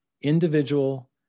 Individual